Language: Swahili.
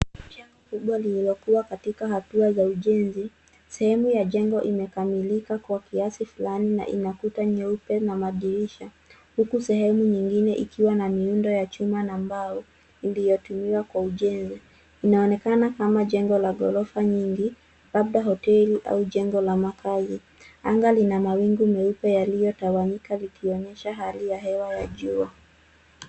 Jengo kubwa lililokuwa katika hatua za ujenzi. Sehemu ya jengo imekamilika kwa kiasi fulani na ina kuta nyeupe na madirisha, huku sehemu nyingine ikiwa na miundo ya chuma na mbao iliyotumiwa kwa ujenzi. Inaonekana kama jengo la gorofa nyingi labda hoteli au jengo la makazi. Anga lina mawingu meupe yaliyotawanyika likionyesha hali ya hewa ya jua.